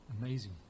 Amazing